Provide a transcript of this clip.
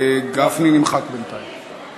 גפני נמחק בינתיים.